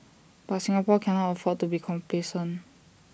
but Singapore can't afford to be complacent